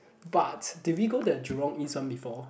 but did we go to the Jurong East one before